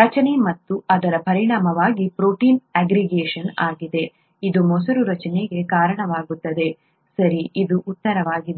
ರಚನೆ ಮತ್ತು ಅದರ ಪರಿಣಾಮವಾಗಿ ಪ್ರೋಟೀನ್ ಆಗ್ರಿಗೇಷನ್ ಆಗಿದೆ ಇದು ಮೊಸರು ರಚನೆಗೆ ಕಾರಣವಾಗುತ್ತದೆ ಸರಿ ಇದು ಉತ್ತರವಾಗಿದೆ